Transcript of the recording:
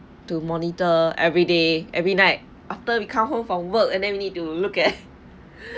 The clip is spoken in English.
to monitor every day every night after we come home from work and then we need to look at